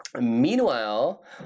Meanwhile